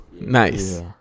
nice